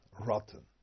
Rotten